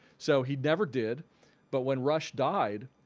so he'd never did but when rush died,